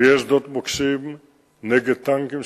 ויש שדות מוקשים נגד טנקים,